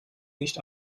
nicht